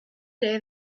day